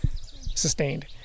sustained